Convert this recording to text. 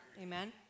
Amen